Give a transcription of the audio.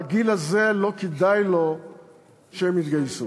בגיל הזה לא כדאי לו שהם יתגייסו.